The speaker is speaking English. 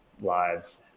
lives